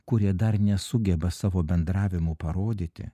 kurie dar nesugeba savo bendravimu parodyti